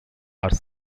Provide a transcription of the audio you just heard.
are